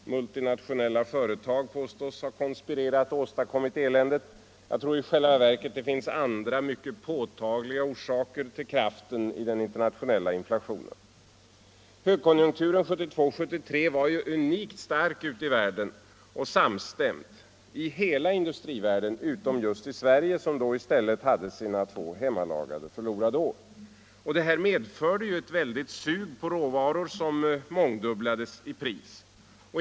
Multinationella företag påstås ha konspirerat och åstadkommit eländet, men jag tror i själva verket att det finns andra och mycket påtagligare orsaker till kraften i den internationella inflationen. Högkonjunkturen 1972/73 var unikt stark ute i världen och samstämd i hela industrivärlden utom just i Sverige, som då i stället hade sina två hemmalagade förlorade år. Detta medförde ett väldigt sug på råvaror, som mångdubblades i pris.